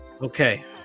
okay